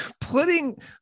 Putting